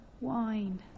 wine